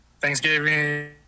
Thanksgiving